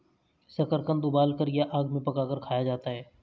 शकरकंद उबालकर या आग में पकाकर खाया जाता है